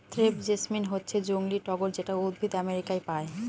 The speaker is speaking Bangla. ক্রেপ জেসমিন হচ্ছে জংলী টগর যেটা উদ্ভিদ আমেরিকায় পায়